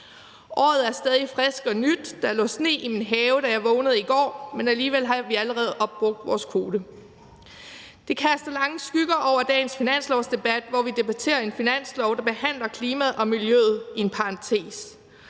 Året er stadig frisk og nyt, der lå sne i min have, da jeg vågnede i går, men alligevel har vi allerede opbrugt vores kvote. Det kaster lange skygger over dagens finanslovsdebat, hvor vi debatterer en finanslov, der behandler klimaet og miljøet i en parentes,